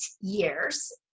years